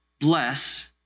bless